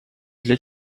для